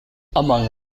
among